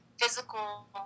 physical